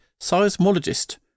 seismologist